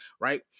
Right